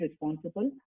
responsible